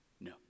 No